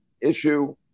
issue